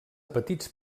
petits